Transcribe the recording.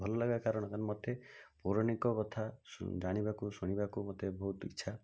ଭଲ ଲାଗିବାର କାରଣ ମୋତେ ପୌରାଣିକ କଥା ଜାଣିବାକୁ ଶୁଣିବାକୁ ମୋତେ ବହୁତ ଇଚ୍ଛା